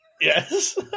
yes